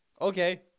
Okay